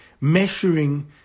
measuring